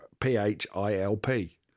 P-H-I-L-P